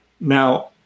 Now